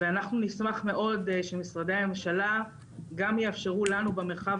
ואנחנו נשמח מאוד שמשרדי הממשלה גם יאפשרו לנו במרחב